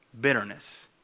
Bitterness